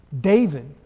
David